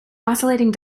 oscillating